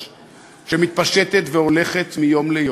זמן, מה אתה רוצה?